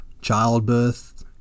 childbirth